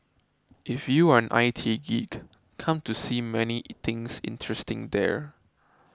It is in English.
if you are an I T geek come to see many things interesting there